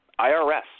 IRS